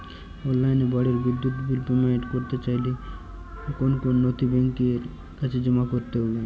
অনলাইনে বাড়ির বিদ্যুৎ বিল পেমেন্ট করতে চাইলে কোন কোন নথি ব্যাংকের কাছে জমা করতে হবে?